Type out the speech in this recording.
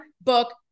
book